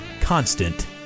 constant